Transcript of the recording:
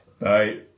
Bye